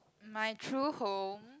my true home